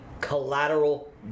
collateral